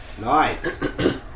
Nice